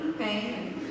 okay